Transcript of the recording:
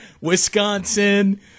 Wisconsin